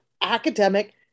academic